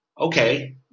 Okay